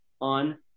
on